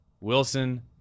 Wilson